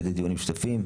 על ידי דיונים משותפים,